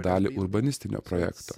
dalį urbanistinio projekto